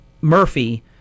Murphy